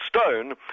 stone